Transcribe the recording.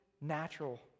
natural